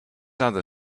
other